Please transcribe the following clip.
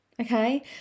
okay